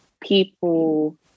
People